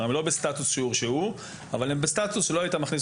הם לא בסטטוס של הרשעה אבל כן בסטטוס שלא היית מכניס